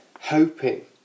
hoping